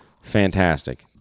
Fantastic